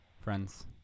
friends